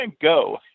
Go